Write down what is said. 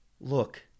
Look